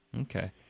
Okay